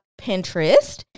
Pinterest